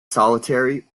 solitary